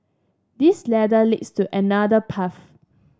this ladder leads to another path